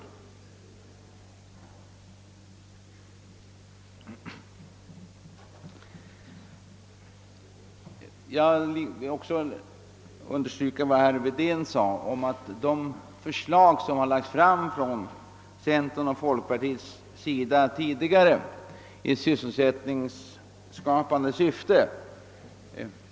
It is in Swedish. Jag vill också understryka vad herr Wedén sade om de förslag till statliga beställningar som tidigare framlagts av centerpartiet och folkpartiet i sysselsättningsskapande syfte.